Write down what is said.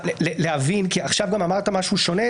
עכשיו אמרת משהו שונה,